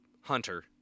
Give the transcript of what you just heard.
hunter